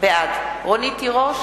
בעד רונית תירוש,